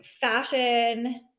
fashion –